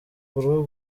rwo